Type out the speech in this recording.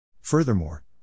Furthermore